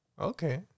Okay